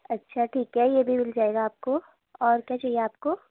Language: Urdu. اچھا ٹھیک ہے یہ بھی مل جائے گا آپ کو اور کیا چاہیے آپ کو